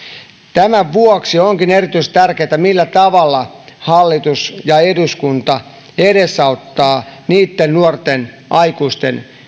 tämän vuoksi onkin erityisen tärkeätä millä tavalla hallitus ja eduskunta edesauttavat niitten nuorten aikuisten